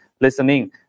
listening